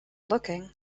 looking